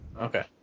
Okay